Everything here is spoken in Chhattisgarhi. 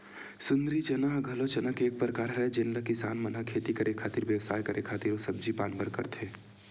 सुंदरी चना ह घलो चना के एक परकार हरय जेन ल किसान मन ह खेती करे खातिर, बेवसाय करे खातिर अउ सब्जी पान बर करथे